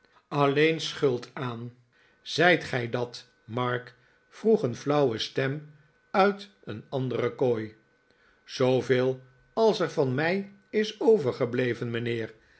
alleen schuld aan zijt gij dat mark vroeg een flauwe stem uit een andere kooi zooveel als er van mij is overgebleven mijnheer